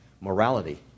morality